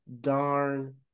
darn